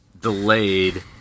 delayed